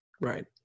Right